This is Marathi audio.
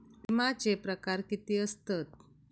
विमाचे प्रकार किती असतत?